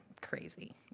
Crazy